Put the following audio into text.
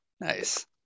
Nice